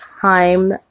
time